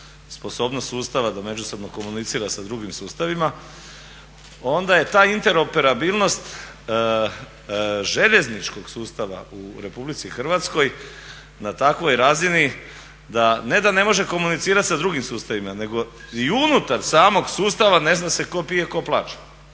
sposobnost sustava da međusobno komunicira sa drugim sustavima. Onda je ta interoperabilnost željezničkog sustava u RH na takvoj razini da ne da može komunicirati sa drugim sustavima nego i unutar samog sustava ne zna se tko pije, tko plaća.